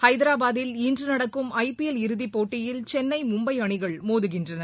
ஹைதராபாதில் இன்று நடக்கும் ஐபிஎல் இறுதிப்போட்டியில் சென்னை மும்பை அணிகள் மோதுகின்றன